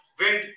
wind